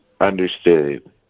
Understood